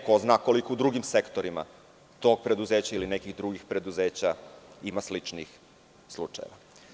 Ko zna koliko u drugim sektorima tog preduzeća ili nekih drugih preduzeća ima sličnih slučajeva.